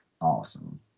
awesome